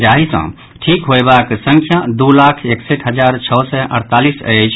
जाहि सँ ठिक होयबाक संख्या दू लाख एकसठि हजार छओ सय अड़तालीस अछि